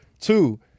Two